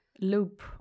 loop